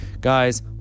Guys